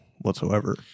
whatsoever